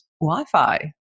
Wi-Fi